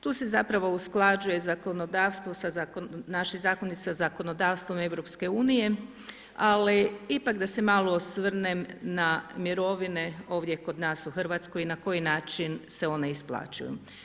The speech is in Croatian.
Tu se zapravo, usklađuje zakonodavstvo sa, naši zakoni sa zakonodavstvom EU, ali ipak da se malo osvrnem na mirovine ovdje kod nas u RH i na koji način se one isplaćuju.